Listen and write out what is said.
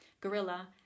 Gorilla